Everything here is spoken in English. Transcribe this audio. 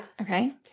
Okay